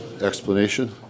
Explanation